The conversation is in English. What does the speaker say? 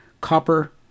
copper